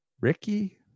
Ricky